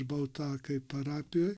baltakai parapijoj